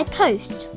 post